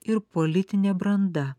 ir politinė branda